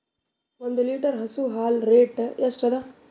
ಒಂದ್ ಲೀಟರ್ ಹಸು ಹಾಲ್ ರೇಟ್ ಎಷ್ಟ ಅದ?